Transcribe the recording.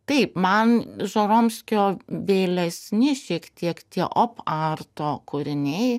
taip man žoromskio vėlesni šiek tiek tie op arto kūriniai